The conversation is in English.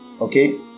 okay